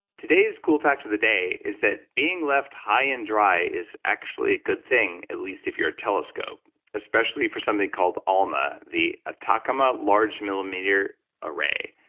today's cool fact of the day is that being left high and dry is actually a good thing, at least if you're a telescope especially if for something called alma, the atacama um ah large millimeter array.